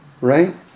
Right